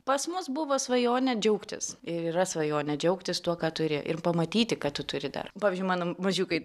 pas mus buvo svajonė džiaugtis ir yra svajonė džiaugtis tuo ką turi ir pamatyti kad tu turi dar pavyzdžiui mano mažiukai